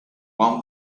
one